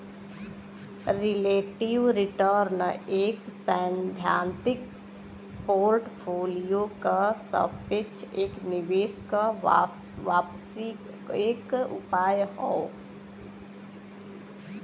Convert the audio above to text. relative return एक सैद्धांतिक portfolio क सापेक्ष एक निवेश क वापसी क एक उपाय हौ